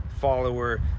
follower